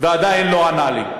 עדיין לא ענה לי.